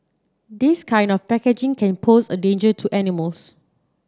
this kind of packaging can pose a danger to animals